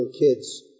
kids